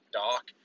dock